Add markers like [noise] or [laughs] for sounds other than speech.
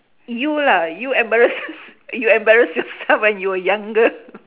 you lah you embarrass [laughs] yours~ you embarrass yourself when you were younger [laughs]